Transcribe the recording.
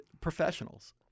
Professionals